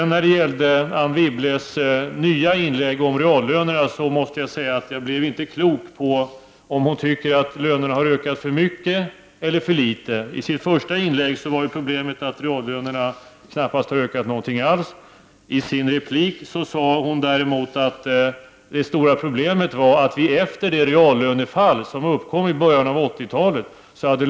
När det gällde Anne Wibbles nya inlägg om reallönerna blev jag inte klok på om hon tycker att lönerna har ökat för mycket eller för litet. I hennes första inlägg var problemet att reallönerna knappast har ökat något alls. I sin replik sade hon däremot att det stora problemet var att lönerna hade höjts för mycket efter det reallönefall som uppkom i början av 80-talet.